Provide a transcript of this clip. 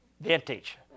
Vintage